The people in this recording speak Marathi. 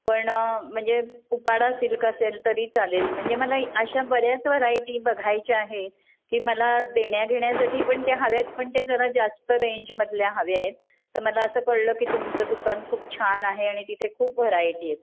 पण म्हणजे उपाडा सिल्क असेल तरी चालेल म्हणजे मला अशा बऱ्याच व्हरायटी बघायच्या आहे की मला देण्याघेण्यासाठी पण ते हव्या आहेत पण ते जरा जास्त रेंजमधल्या हव्या आहेत तर मला असं कळलं की तुमचं दुकान खूप छान आहे आणि तिथे खूप व्हरायटी आहेत